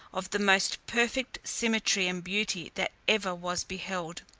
of the most perfect symmetry and beauty that ever was beheld.